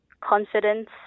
confidence